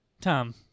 Tom